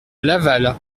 laval